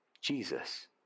Jesus